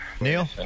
Neil